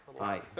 Hi